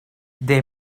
they